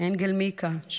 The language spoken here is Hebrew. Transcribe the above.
אנגל מיקה,